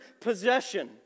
possession